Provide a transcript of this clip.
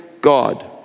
God